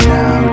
now